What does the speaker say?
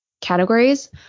categories